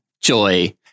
Joy